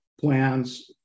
plans